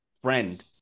friend